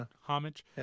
Homage